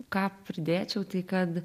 ką pridėčiau tai kad